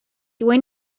when